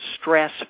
stress